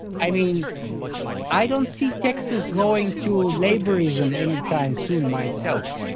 i mean i don't see texas going to laborism any time soon, myself.